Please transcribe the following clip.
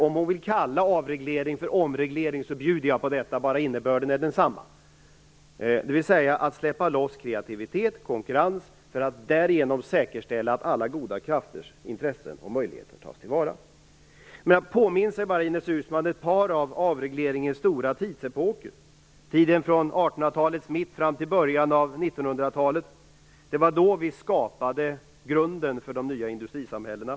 Om hon vill kalla avreglering för omreglering bjuder jag på detta, bara innebörden är densamma, dvs. att släppa loss kreativitet och konkurrens för att därigenom säkerställa att alla goda krafters intressen och möjligheter tas till vara. Låt mig bara påminna Ines Uusmann om ett par av avregleringens stora tidsepoker. Det var under tiden från 1800-talets mitt och fram till början av 1900-talet som vi skapade grunden för de nya industrisamhällena.